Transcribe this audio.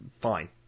fine